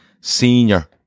senior